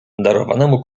darowanemu